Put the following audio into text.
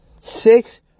Six